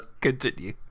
continue